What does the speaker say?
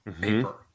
paper